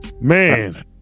Man